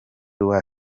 rwa